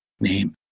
name